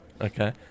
okay